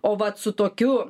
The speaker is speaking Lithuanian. o vat su tokiu